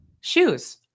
shoes